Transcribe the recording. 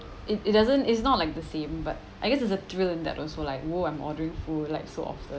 it it doesn't is not like the same but I guess it's a thrill in that also like !whoa! I'm ordering food like so often